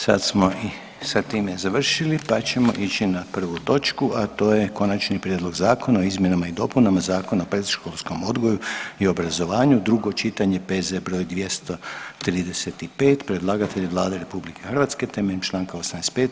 Sad smo i sa time završili, pa ćemo ići na prvu točku a to je - Konačni prijedlog zakona o izmjenama i dopunama Zakona o predškolskom odgoju i obrazovanju, drugo čitanje, P.Z. br. 235 Predlagatelj je Vlada Republike Hrvatske temeljem članka 85.